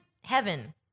Heaven